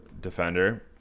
defender